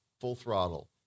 full-throttle